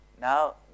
now